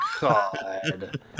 God